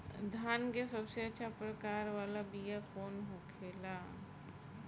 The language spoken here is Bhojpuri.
धान के सबसे अच्छा प्रकार वाला बीया कौन होखेला?